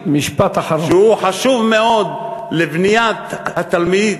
שהוא חשוב מאוד לבניית התלמיד,